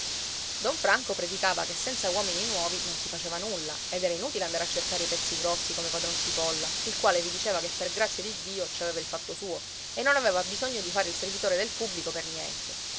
don franco predicava che senza uomini nuovi non si faceva nulla ed era inutile andare a cercare i pezzi grossi come padron cipolla il quale vi diceva che per grazia di dio ci aveva il fatto suo e non aveva bisogno di fare il servitore del pubblico per niente